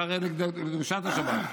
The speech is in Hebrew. החרד לקדושת השבת.